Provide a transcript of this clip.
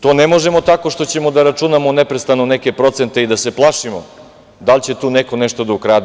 To ne možemo tako, što ćemo da računamo neprestano neke procente i da se plašimo da li će tu neko nešto da ukrade.